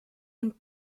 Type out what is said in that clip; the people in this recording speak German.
und